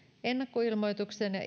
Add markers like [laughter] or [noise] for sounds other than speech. ennakkoilmoituksen ja [unintelligible]